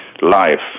life